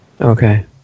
Okay